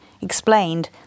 explained